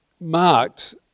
marked